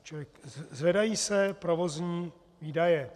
Čili zvedají se provozní výdaje.